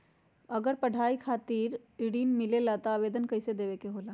अगर पढ़ाई खातीर ऋण मिले ला त आवेदन कईसे देवे के होला?